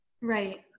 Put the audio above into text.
Right